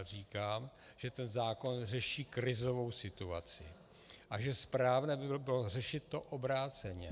Říkám, že ten zákon řeší krizovou situaci a že správné by bylo řešit to obráceně.